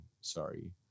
sorry